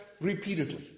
repeatedly